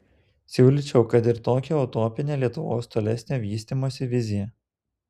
siūlyčiau kad ir tokią utopinę lietuvos tolesnio vystymosi viziją